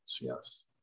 yes